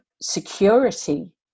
security